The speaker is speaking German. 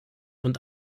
und